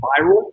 viral